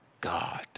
God